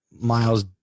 Miles